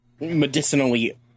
medicinally